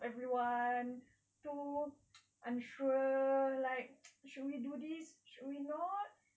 of everyone too unsure like should we do this should we not